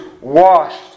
washed